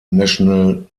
national